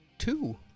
Two